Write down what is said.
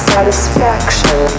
Satisfaction